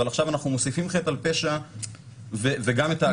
אבל עכשיו אנחנו מוסיפים חטא על פשע וגם את האגרה אנחנו מוסיפים?